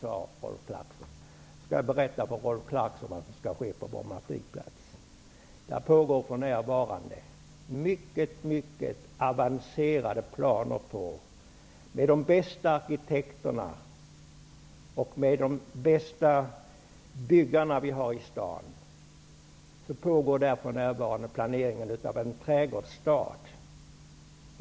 Jag skall berätta för Rolf Clarkson om vad som skall ske på Bromma flygplats. Med de bästa arkitekter och byggare som vi har i stan pågår för närvarande mycket avancerade planer på en trädgårdsstad.